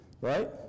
Right